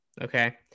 Okay